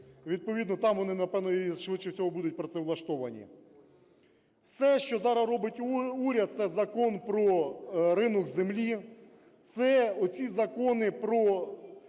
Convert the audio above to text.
відповідно, там вони, напевно, і швидше всього будуть працевлаштовані. Все, що зараз робить уряд, – це Закон про ринок землі, це оці закони,